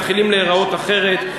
מתחילים להיראות אחרת,